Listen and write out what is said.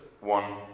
one